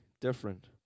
different